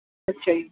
ਅੱਛਾ ਜੀ